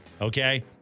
okay